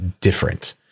different